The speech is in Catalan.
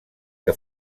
que